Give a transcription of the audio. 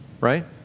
right